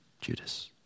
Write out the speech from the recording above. Judas